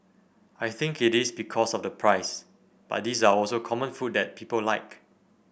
I think it is because of the price but these are also common food that people like